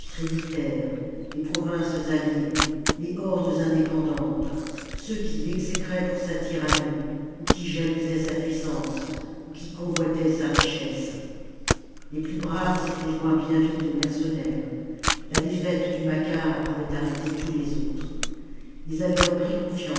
tributaires les provinces alliées les hordes indépendantes ceux qui l'exécraient pour sa tyrannie ou qui jalousaient sa puissance ou qui convoitaient sa richesse les plus iraves s'étaient join bien vite aux mercenaires la défaite du macar avait arrêté tous les autres ils avaient repris